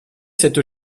cette